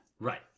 Right